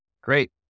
Great